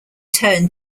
turn